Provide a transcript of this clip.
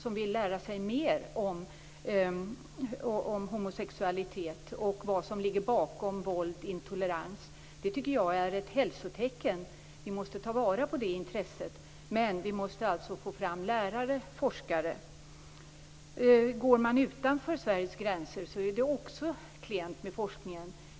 De vill lära sig mer om homosexualitet och om vad som ligger bakom våld och intolerans. Det tycker jag är ett hälsotecken. Vi måste ta vara på det intresset. Men vi måste alltså få fram lärare och forskare. Går man utanför Sveriges gränser så är det också klent med forskningen.